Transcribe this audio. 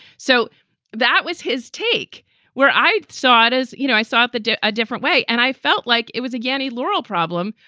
so that was his take where i saw it, as you know, i saw it that a different way. and i felt like it was a ganny loral problem.